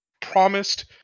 promised